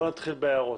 בואו נתחיל בהערות.